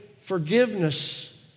forgiveness